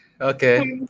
Okay